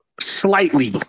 slightly